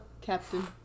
Captain